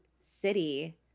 city